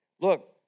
Look